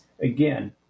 again